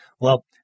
Well-